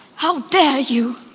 how dare you?